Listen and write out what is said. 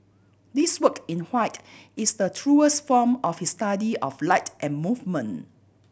this work in white is the truest form of his study of light and movement